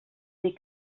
dir